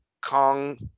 Kong